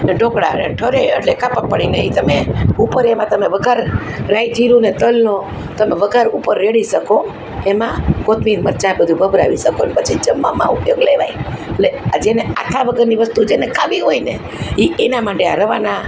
અને ઢોકળા ઠરે એટલે કાપા પાડીને એ તમે ઉપર એમાં તમે વઘાર રાઈ જીરું ને તલનો તમે વઘાર ઉપર રેડી શકો એમાં કોથમીર મરચાં બધું ભભરાવી શકો પછી જમવામાં ઉપયોગ લેવાય એટલે આ જેને આથા વગરની વસ્તુ જેને ખાવી હોય ને એ એના માટે આ રવાના